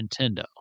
Nintendo